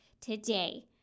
today